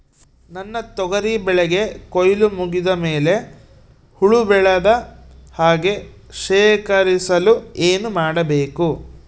ನನ್ನ ತೊಗರಿ ಬೆಳೆಗೆ ಕೊಯ್ಲು ಮುಗಿದ ಮೇಲೆ ಹುಳು ಬೇಳದ ಹಾಗೆ ಶೇಖರಿಸಲು ಏನು ಮಾಡಬೇಕು?